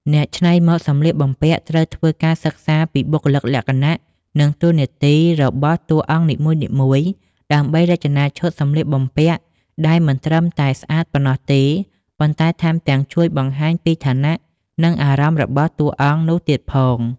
អ្នកច្នៃម៉ូដសម្លៀកបំពាក់ត្រូវធ្វើការសិក្សាពីបុគ្គលិកលក្ខណៈ និងតួនាទីរបស់តួអង្គនីមួយៗ ដើម្បីរចនាឈុតសម្លៀកបំពាក់ដែលមិនត្រឹមតែស្អាតប៉ុណ្ណោះទេ ប៉ុន្តែថែមទាំងជួយបង្ហាញពីឋានៈ និងអារម្មណ៍របស់តួអង្គនោះទៀតផង។